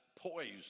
poised